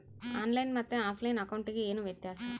On line ಮತ್ತೆ ಆಫ್ಲೈನ್ ಅಕೌಂಟಿಗೆ ಏನು ವ್ಯತ್ಯಾಸ?